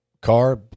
car